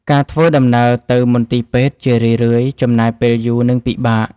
ការធ្វើដំណើរទៅមន្ទីរពេទ្យជារឿយៗចំណាយពេលយូរ និងពិបាក។